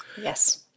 Yes